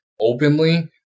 openly